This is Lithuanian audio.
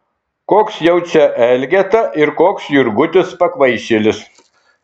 koks jau čia elgeta ir koks jurgutis pakvaišėlis